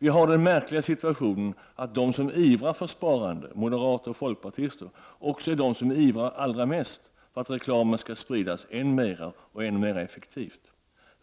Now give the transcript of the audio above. Vi har den märkliga situationen att de som ivrar för sparande, moderater och folkpartister, också är de som ivrar allra mest för att reklamen skall spridas än mer och ännu mera effektivt.